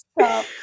Stop